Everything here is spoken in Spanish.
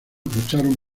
lucharon